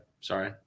sorry